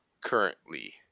currently